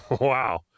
Wow